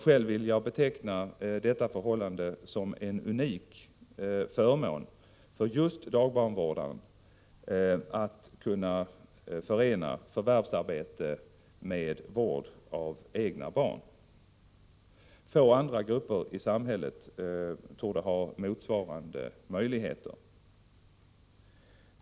Själv vill jag beteckna detta förhållande som en unik förmån för just dagbarnvårdarkåren, att kunna förena förvärvsarbete med vård av egna barn. Få andra grupper i samhället torde ha motsvarande möjligheter.